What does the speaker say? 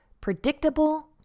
Predictable